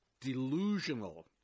delusional